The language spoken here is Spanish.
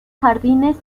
jardines